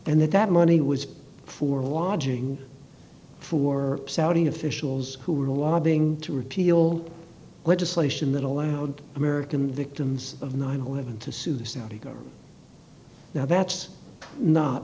and that that money was for lodging for saudi officials who were lobbying to repeal legislation that allowed american victims of nine hundred and eleven to sue the saudi government now that's not